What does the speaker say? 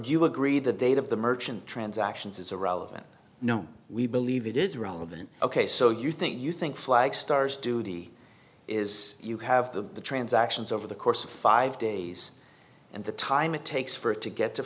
do you agree the date of the merchant transactions is irrelevant no we believe it is relevant ok so you think you think flag stars duty is you have the transactions over the course of five days and the time it takes for it to get to